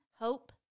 hope